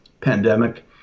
pandemic